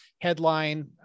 headline